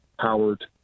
Howard